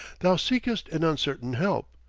thou seekest an uncertain help.